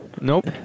Nope